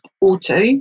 auto